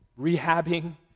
rehabbing